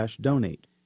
donate